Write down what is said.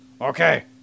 Okay